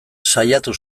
saiatu